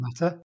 matter